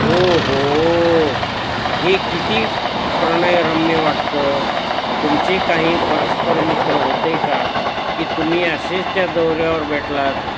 ओ हो हे किती प्रणयरम्य वाटतं तुमचे काही परस्पर मित्र होते का की तुम्ही असेच त्या दौऱ्यावर भेटलात